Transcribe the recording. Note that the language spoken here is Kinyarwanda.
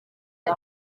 ati